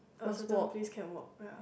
a certain place can walk ya